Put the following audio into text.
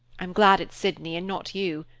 i'm glad it's sydney and not you.